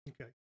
Okay